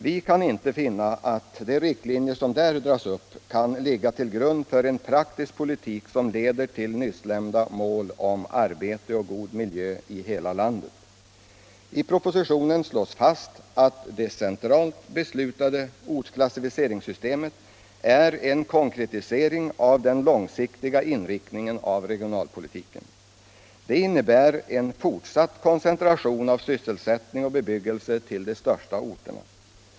Vi kan inte finna att de riktlinjer som där dras upp kan ligga till grund för en praktisk politik som leder till det nyssnämnda målet arbete och god miljö i hela landet. I propositionen 211 slås fast att det centralt beslutade ortsklassificeringssystemet är en konkretisering av den långsiktiga inriktningen av regionalpolitiken. Det innebär en fortsatt koncentration av sysselsättning och bebyggelse till de största orterna.